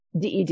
DED